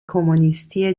کمونیستی